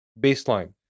baseline